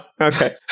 okay